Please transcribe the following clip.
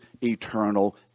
eternal